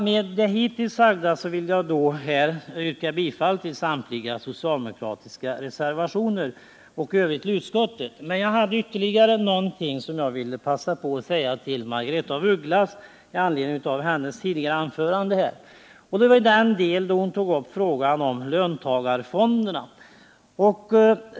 Med det hittills sagda vill jag yrka bifall till samtliga socialdemokratiska reservationer och i övrigt bifall till utskottets hemställan. Jag har emellertid ytterligare någonting jag vill säga till Margaretha af Ugglas med anledning av hennes tidigare anförande. Det gäller den del i vilken hon tog upp frågan om löntagarfonderna.